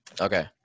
Okay